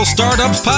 Startups